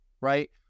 right